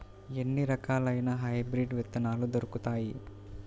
ఎన్ని రకాలయిన హైబ్రిడ్ విత్తనాలు దొరుకుతాయి?